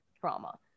trauma